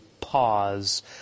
pause